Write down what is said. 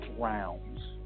Rounds